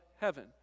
heaven